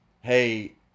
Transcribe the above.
hey